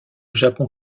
japon